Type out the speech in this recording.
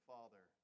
Father